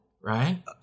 right